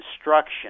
instruction